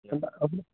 ఎంత